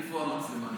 איפה המצלמה?